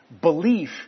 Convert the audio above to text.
belief